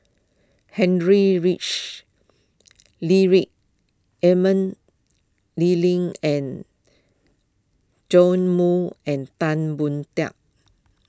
Ludwig Emil Liling and Joash Moo and Tan Boon